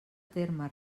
terme